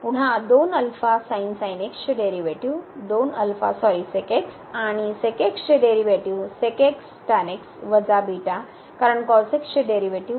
तर पुन्हाचे derivative sorry आणि चे डेरीवेटीव कारण चे डेरीवेटीव